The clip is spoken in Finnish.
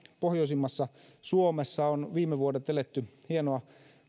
pohjoisimmassa suomessa on viime vuodet eletty hienoa